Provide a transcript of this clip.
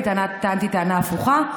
אני טענתי טענה הפוכה,